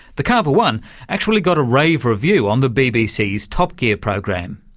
the carver one actually got a rave review on the bbc's top gear program.